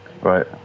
Right